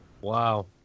Wow